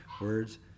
words